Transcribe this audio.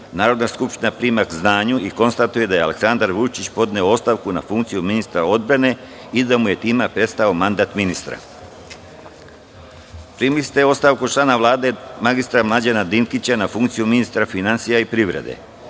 Narodna skupština prima k znanju i konstatuje da je Aleksandar Vučić podneo ostavku na funkciju ministra odbrane i da mu je time prestao mandat ministra. Primili ste ostavku člana Vlade mr Mlađana Dinkića na funkciju ministra finansija i privrede. Na